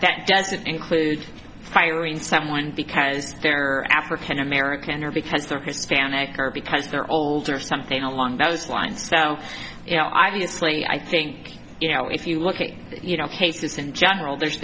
that doesn't include firing someone because they're african american or because they're hispanic or because they're older or something along those lines so you know obviously i think you know if you look at you know cases in general there's